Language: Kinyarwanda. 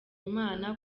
imana